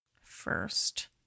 first